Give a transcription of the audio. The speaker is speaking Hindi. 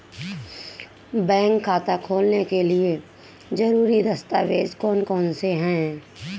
बैंक खाता खोलने के लिए ज़रूरी दस्तावेज़ कौन कौनसे हैं?